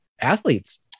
athletes